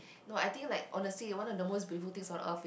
no I think like honestly one of the most beautiful things on Earth is